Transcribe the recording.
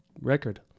record